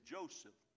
Joseph